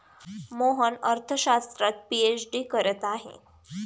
मोहन अर्थशास्त्रात पीएचडी करत आहे